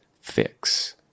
fix